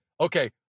okay